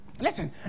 Listen